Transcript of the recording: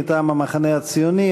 מטעם המחנה הציוני,